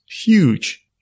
huge